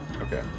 Okay